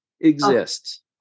exists